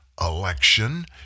election